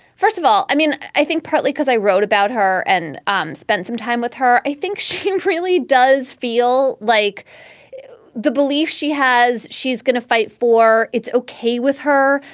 first of all. i mean, i think partly because i wrote about her and um spent some time with her. i think she really does feel like the belief she has she's going to fight for. it's okay with her.